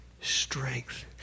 strength